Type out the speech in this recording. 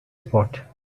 spot